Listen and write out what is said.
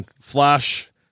Flash